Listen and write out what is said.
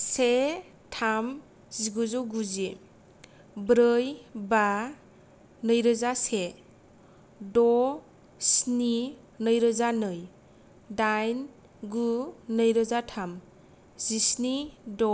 से थाम जिगुजौगुजि ब्रै बा नैरोजासे द' स्नि नैरोजानै दाइन गु नैरोजाथाम जिस्नि द'